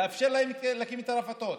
לאפשר להם להקים את הרפתות,